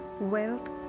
wealth